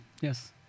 Yes